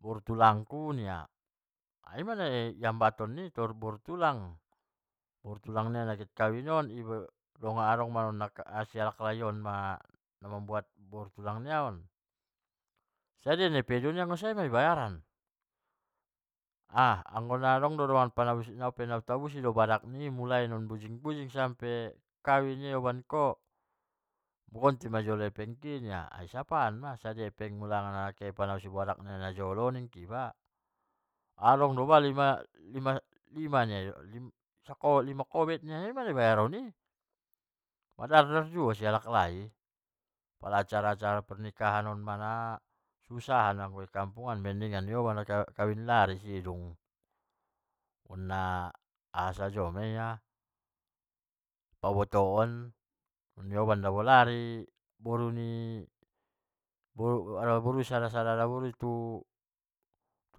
Boru tulang ku nia. inma nagiot ambaton i boru tulang. boru tulang nia nagiot kawin on. adong ma non si alak lai on ma mambuat boru tulang nia on, sadia ma nai pangido nia sai ma di bayaran, ha anggo adong do nia nau tabusi do badak nii mulai sian bujing-bujing sampe kawin ia di oban ko, gonti majo hepeng ki nia, i sapaan ma sadia lai hepeng mu nakehe manabusi badak nia najolo ninna. adong do lima kobet nia in ma nagiot bayaron i, madar-dar juo si alak lai pala acara-acara sonon nasusahan doi mendingan oban kawin lari, sidung, na aha sajo maia pabotoon nadioban do akri boru ni sada-sada boru i tu